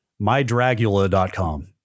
mydragula.com